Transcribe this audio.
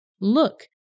Look